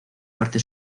parte